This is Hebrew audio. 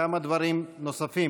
כמה דברים נוספים: